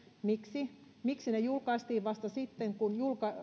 miksi miksi ne julkaistiin vasta sitten kun